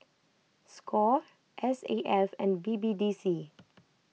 Score S A F and B B D C